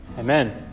Amen